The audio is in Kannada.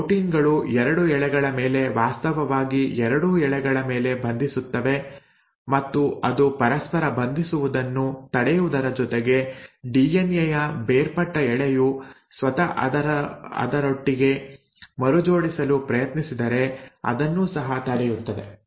ಈ ಪ್ರೋಟೀನ್ ಗಳು 2 ಎಳೆಗಳ ಮೇಲೆ ವಾಸ್ತವವಾಗಿ ಎರಡೂ ಎಳೆಗಳ ಮೇಲೆ ಬಂಧಿಸುತ್ತವೆ ಮತ್ತು ಅದು ಪರಸ್ಪರ ಬಂಧಿಸುವುದನ್ನು ತಡೆಯುವುದರ ಜೊತೆಗೆ ಡಿಎನ್ಎ ಯ ಬೇರ್ಪಟ್ಟ ಎಳೆಯು ಸ್ವತಃ ಅದರರೊಟ್ಟಿಗೆ ಮರುಜೊಡಿಸಲು ಪ್ರಯತ್ನಿಸಿದರೆ ಅದನ್ನೂ ಸಹ ತಡೆಯುತ್ತದೆ